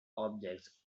objects